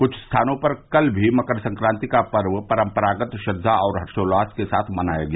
कृष्ठ स्थानों पर कल भी मकर संक्रान्ति का पर्व परम्परागत श्रद्दा और हर्षोल्लास के साथ मनाया गया